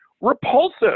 Repulsive